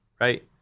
right